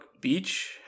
Beach